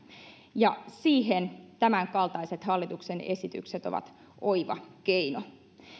ja siihen tämänkaltaiset hallitukset esitykset ovat oiva keino